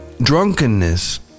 Drunkenness